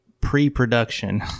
pre-production